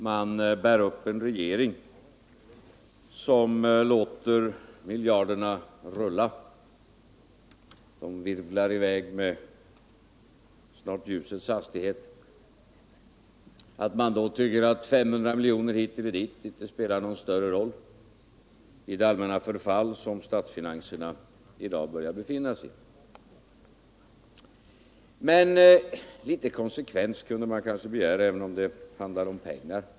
Man bär upp en regering som låter miljarderna rulla — de virvlar i väg med snart ljusets hastighet — och man tycker då att 500 miljoner hit eller dit inte spelar någon större roll i det allmänna förfall som statsfinanserna i dag börjar befinna sig i. Men litet konsekvens kunde man kanske begära även om det handlar om pengar.